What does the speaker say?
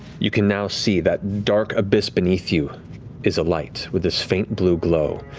you can now see that dark abyss beneath you is alight with this faint blue glow,